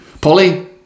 Polly